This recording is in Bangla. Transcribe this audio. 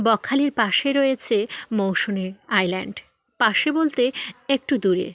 বকখালির পাশে রয়েছে মৌসুনিী আইল্যাণ্ড পাশে বলতে একটু দূরে